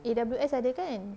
A_W_S ada kan